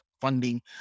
funding